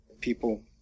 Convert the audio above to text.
people